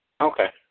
Okay